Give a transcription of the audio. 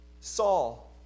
Saul